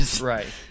Right